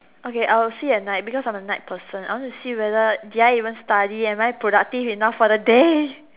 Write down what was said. okay I'll see at night because I'm a night person I want to see whether did I even study am I productive enough for the day